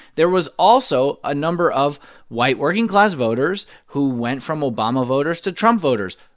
there was also a number of white working-class voters who went from obama voters to trump voters.